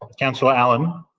councillor allan.